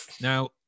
Now